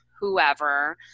whoever